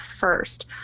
first